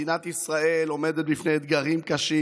מדינת ישראל עומדת בפני אתגרים קשים,